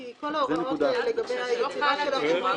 כי כל ההוראות לגבי היצירה של הרשומות